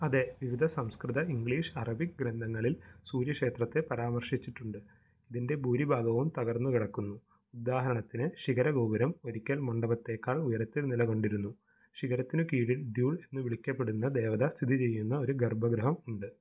അതെ വിവിധ സംസ്കൃത ഇംഗ്ലീഷ് അറബിക് ഗ്രന്ഥങ്ങളിൽ സൂര്യക്ഷേത്രത്തെ പരാമർശിച്ചിട്ടുണ്ട് ഇതിന്റെ ഭൂരിഭാഗവും തകർന്ന് കെടക്കുന്നു ഉദാഹരണത്തിന് ശിഖരഗോപുരം ഒരിക്കൽ മണ്ഡപത്തേക്കാൾ ഉയരത്തിൽ നിലകൊണ്ടിരുന്നു ശിഖരത്തിന് കീഴിൽ ഡ്യൂൾ എന്ന് വിളിക്കപ്പെടുന്ന ദേവത സ്ഥിതി ചെയ്യുന്ന ഒരു ഗര്ഭ ഗൃഹം ഉണ്ട്